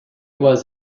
was